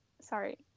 sorry